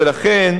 ולכן,